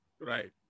right